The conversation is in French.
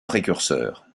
précurseur